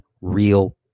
real